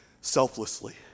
selflessly